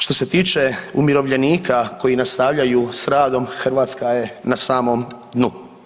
Što se tiče umirovljenika koji nastavljaju s radom Hrvatska je na samom dnu.